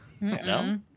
no